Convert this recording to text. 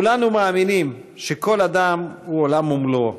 כולנו מאמינים שכל אדם הוא עולם ומלואו,